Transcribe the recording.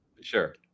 Sure